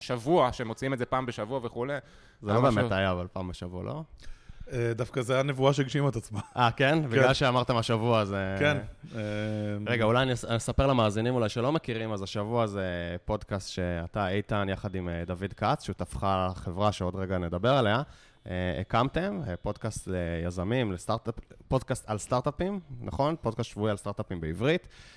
שבוע, שהם מוצאים את זה פעם בשבוע וכולי. זה לא באמת היה, אבל פעם בשבוע, לא? דווקא זה הנבואה שהגשימה את עצמך. אה, כן? בגלל שאמרתם, השבוע זה... כן. רגע, אולי אני אספר למאזינים אולי שלא מכירים, אז השבוע זה פודקאסט שאתה, איתן, יחד עם דוד כץ, שותפך לחברה שעוד רגע נדבר עליה. הקמתם פודקאסט ליזמים, פודקאסט על סטארט-אפים, נכון? פודקאסט שבועי על סטארט-אפים בעברית.